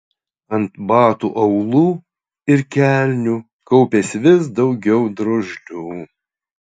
ant batų aulų ir kelnių kaupėsi vis daugiau drožlių